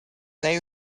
they